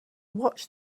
watch